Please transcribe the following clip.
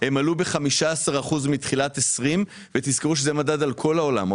הן עלו ב-15% מתחילת 2020. ותזכרו שזה מדד על כל העולם.